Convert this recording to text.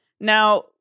Now